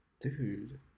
Dude